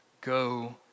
Go